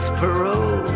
parole